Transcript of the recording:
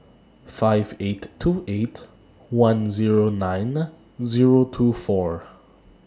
five eight two eight one Zero nine Zero two four